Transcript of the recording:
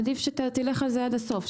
עדיף שתלך על זה עד הסוף,